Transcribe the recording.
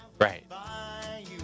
Right